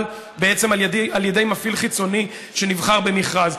בעצם על ידי מפעיל חיצוני שנבחר במכרז.